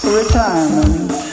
retirement